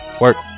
work